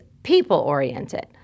people-oriented